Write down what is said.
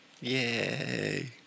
Yay